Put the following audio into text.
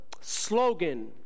slogan